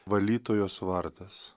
valytojos vardas